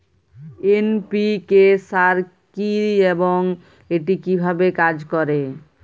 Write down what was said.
NPK সার কি এবং এটি কিভাবে কাজ করে?